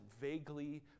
vaguely